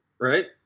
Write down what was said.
right